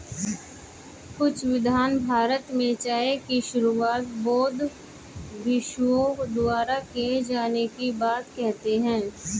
कुछ विद्वान भारत में चाय की शुरुआत बौद्ध भिक्षुओं द्वारा किए जाने की बात कहते हैं